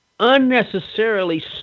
unnecessarily